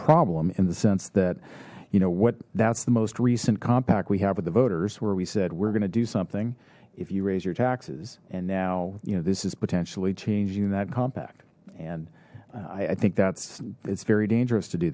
problem in the sense that you know what that's the most recent compact we have with the voters where we said we're gonna do something if you raise your taxes and now you know this is potentially changing that compact and i think that's it's very dangerous to do